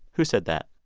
who said that?